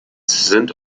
sind